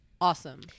awesome